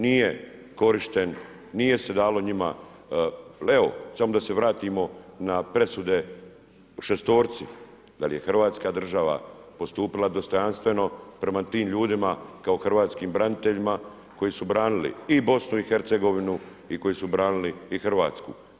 Nije korišten, nije se dalo njima, ali evo, samo da se vratimo na presude šestorci, da li je Hrvatska država postupila dostojanstveno prema tim ljudima, kao hrvatskim braniteljima koji su branili i BiH-a i koji su branili i Hrvatsku?